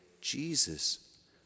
Jesus